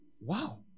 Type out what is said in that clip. Wow